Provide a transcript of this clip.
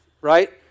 right